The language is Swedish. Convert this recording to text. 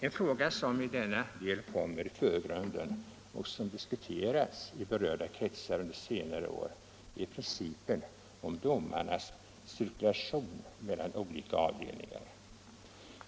En fråga som i denna del kommer i förgrunden och som diskuterats i berörda kretsar under senare år är principen om domarnas cirkulation mellan olika avdelningar.